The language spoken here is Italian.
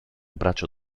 braccio